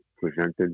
presented